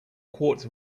quartz